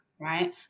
right